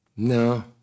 No